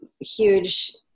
huge